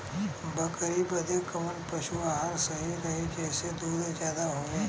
बकरी बदे कवन पशु आहार सही रही जेसे दूध ज्यादा होवे?